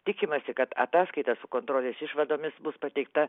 tikimasi kad ataskaita su kontrolės išvadomis bus pateikta